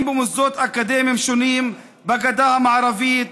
במוסדות אקדמיים שונים בגדה המערבית,